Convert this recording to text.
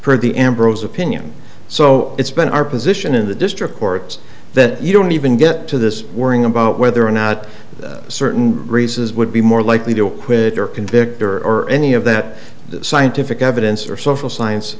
opinion so it's been our position in the district courts that you don't even get to this worrying about whether or not certain reasons would be more likely to acquit or convict or or any of that scientific evidence or social science